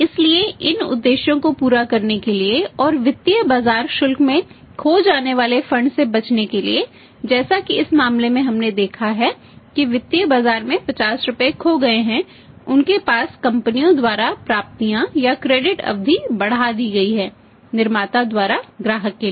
इसलिए इन उद्देश्यों को पूरा करने के लिए और वित्तीय बाजार शुल्क में खो जाने वाले फंड अवधि बढ़ा दी गई है निर्माता द्वारा ग्राहकों के लिए